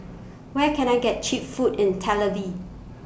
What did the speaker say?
Where Can I get Cheap Food in Tel Aviv